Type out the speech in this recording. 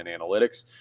analytics